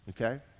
Okay